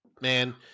Man